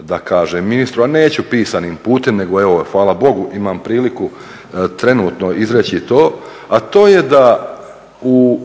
da kažem ministru a neću pisanim putem nego hvala Bogu imam priliku trenutno izreći i to a to je da u,